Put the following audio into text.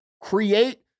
create